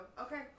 okay